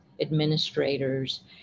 administrators